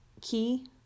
key